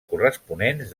corresponents